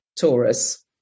Taurus